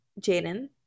Jaden